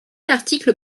l’article